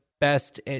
best